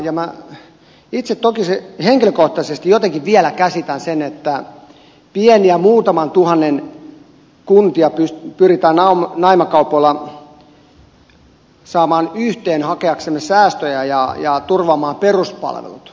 minä itse toki henkilökohtaisesti jotenkin vielä käsitän sen että pieniä muutaman tuhannen kuntia pyritään naimakaupoilla saamaan yhteen hakeaksemme säästöjä ja turvaamaan peruspalvelut